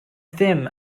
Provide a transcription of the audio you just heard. ddim